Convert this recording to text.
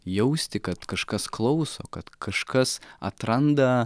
jausti kad kažkas klauso kad kažkas atranda